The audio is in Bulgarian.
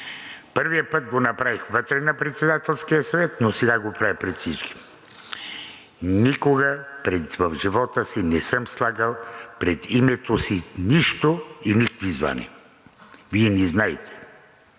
Първия път го направих вътре на Председателския съвет, но сега го правя пред всички. Никога в живота си не съм слагал пред името си нищо и никакви звания. Вие не знаете.